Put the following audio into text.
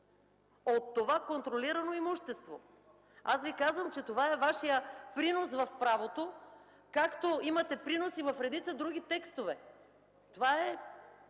от това „контролирано имущество”. Аз Ви казвам, че това е Вашият принос в правото, както имате принос и в редица други текстове. Това е